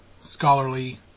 scholarly